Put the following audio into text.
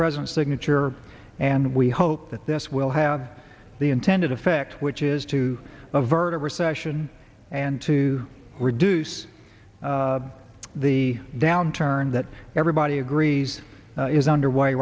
president's signature and we hope that this will have the intended effect which is to avert a recession and to reduce the downturn that everybody agrees is under way